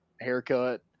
haircut